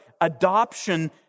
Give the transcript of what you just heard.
Adoption